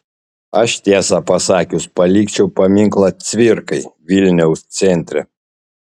aš tiesą pasakius palikčiau paminklą cvirkai vilniaus centre